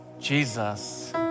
Jesus